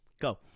Go